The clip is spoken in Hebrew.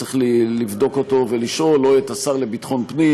צריך לבדוק אותו ולשאול את השר לביטחון הפנים,